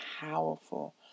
powerful